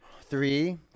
Three